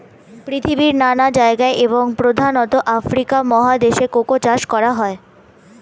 পৃথিবীর নানা জায়গায় এবং প্রধানত আফ্রিকা মহাদেশে কোকো চাষ করা হয়